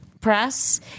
press